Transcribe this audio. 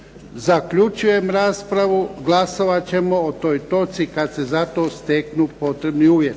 Zaključujem raspravu. Glasovat ćemo o toj točci kad se za to steknu potrebni uvjeti.